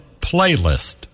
playlist